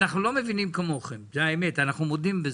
אנחנו לא מבינים כמוכם, זו האמת, אנחנו מודים בזה,